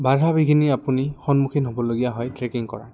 বাধা বিঘিনি আপুনি সন্মুখীন হ'বলগীয়া হয় ট্ৰেকিং কৰাত